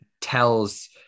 tells